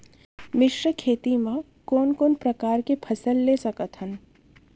मिश्र खेती मा कोन कोन प्रकार के फसल ले सकत हन?